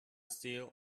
still